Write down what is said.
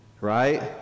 Right